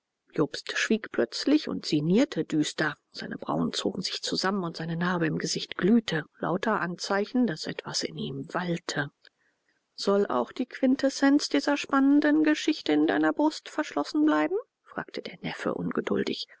jobst schwieg plötzlich und sinnierte düster seine brauen zogen sich zusammen und seine narbe im gesicht glühte lauter anzeichen daß etwas in ihm wallte soll auch die quintessenz dieser spannenden geschichte in deiner brust verschlossen bleiben fragte der neffe ungeduldig